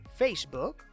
Facebook